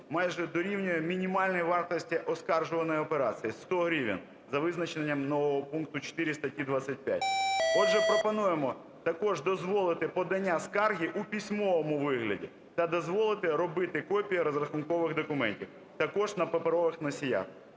майже дорівнює мінімальній вартості оскаржуваної операції – 100 гривень, за визначенням нового пункту 4 статті 25. Отже, пропонуємо також дозволити подання скарги у письмовому вигляді та дозволити робити копії розрахункових документів також на паперових носіях.